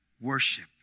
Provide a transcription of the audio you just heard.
worship